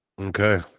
okay